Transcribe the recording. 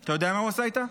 אתה יודע מה הוא עשה איתה?